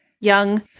young